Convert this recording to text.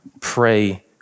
pray